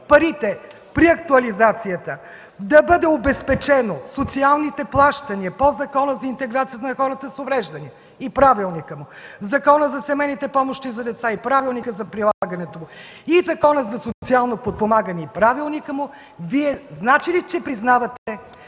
парите при актуализацията да бъдат обезпечени социалните плащания по Закона за интеграция на хората с увреждания и правилника му, Закона за семейни помощи за деца и правилника за прилагането му и Закона за социално подпомагане и правилника му, значи ли, че признавате,